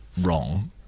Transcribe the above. wrong